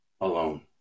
alone